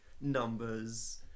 numbers